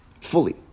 fully